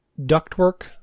ductwork